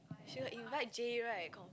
she will invite Jay right con~